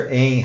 em